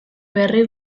berri